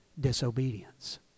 disobedience